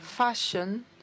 Fashion